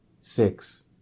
six